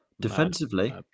Defensively